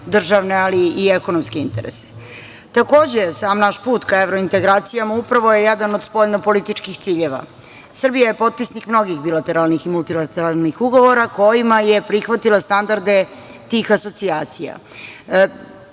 državne, ali i ekonomske interese. Takođe, sav naš put na evrointegracijama upravo je jedan od spoljno političkih ciljeva. Srbija je potpisnik mnogih bilateralnih u multilateralnih ugovora kojima je prihvatila standarde tih asocijacija. Istina